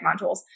modules